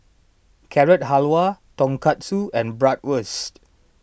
Carrot Halwa Tonkatsu and Bratwurst